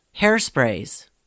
hairsprays